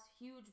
huge